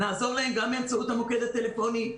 נעזור להם גם באמצעות המוקד הטלפוני,